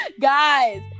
Guys